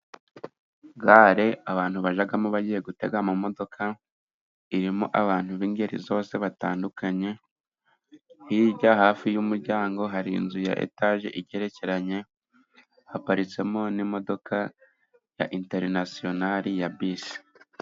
Gare abantu bajyamo bagiye gutega amamodoka, irimo abantu b'ingeri zose batandukanye, hirya hafi y'umuryango hari inzu ya etaje igerekeranye, haparitsemo n'imodoka ya enterinasiyonari ya bisi.